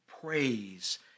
praise